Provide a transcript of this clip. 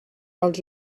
als